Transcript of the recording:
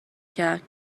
کرد